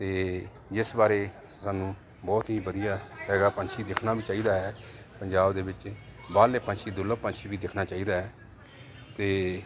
ਅਤੇ ਜਿਸ ਬਾਰੇ ਸਾਨੂੰ ਬਹੁਤ ਹੀ ਵਧੀਆ ਹੈਗਾ ਪੰਛੀ ਦੇਖਣਾ ਵੀ ਚਾਹੀਦਾ ਹੈ ਪੰਜਾਬ ਦੇ ਵਿੱਚ ਬਾਹਰਲੇ ਪੰਛੀ ਦੁਰਲੱਭ ਪੰਛੀ ਵੀ ਦੇਖਣਾ ਚਾਹੀਦਾ ਅਤੇ